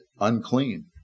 unclean